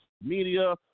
Media